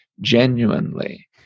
genuinely